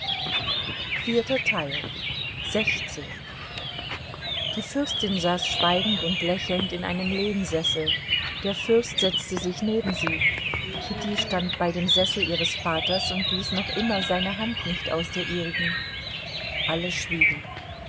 die fürstin saß schweigend und lächelnd in einem lehnsessel der fürst setzte sich neben sie kitty stand bei dem sessel ihres vaters und ließ noch immer seine hand nicht aus der ihrigen alle schwiegen